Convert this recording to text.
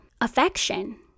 affection